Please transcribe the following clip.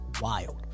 wild